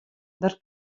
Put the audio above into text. der